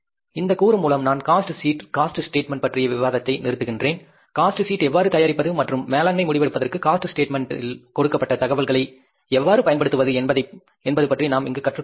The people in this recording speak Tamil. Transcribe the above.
இந்த கூறு மூலம் நான் காஸ்ட் ஷீட் காஸ்ட் ஸ்டேட்மெண்ட் பற்றிய விவாதத்தை நிறுத்துகிறேன் காஸ்ட் ஷீட் எவ்வாறு தயாரிப்பது மற்றும் மேலாண்மை முடிவெடுப்பதற்கான காஸ்ட் ஸ்டேட்மெண்ட் இல் கொடுக்கப்பட்ட தகவல்களை எவ்வாறு பயன்படுத்துவது என்பது பற்றி நாம் இங்கு கற்றுக்கொண்டோம்